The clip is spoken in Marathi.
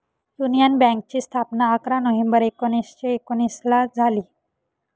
युनियन बँकेची स्थापना अकरा नोव्हेंबर एकोणीसशे एकोनिसला झाली